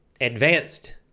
advanced